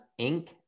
Inc